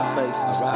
faces